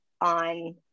on